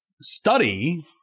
study